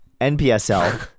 n-p-s-l